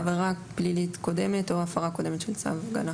עבירה פלילית קודמת או הפרה קודמת של צו הגנה.